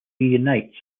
reunites